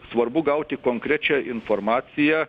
svarbu gauti konkrečią informaciją